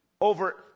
over